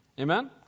Amen